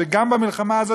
וגם במלחמה הזאת,